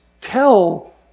tell